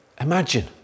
Imagine